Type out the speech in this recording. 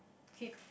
keep